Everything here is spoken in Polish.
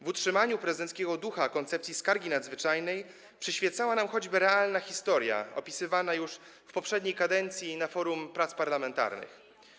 W utrzymaniu prezydenckiego ducha koncepcji skargi nadzwyczajnej przyświecała nam choćby realna historia opisywana już w poprzedniej kadencji na forum prac parlamentarnych.